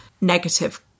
negative